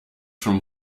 vom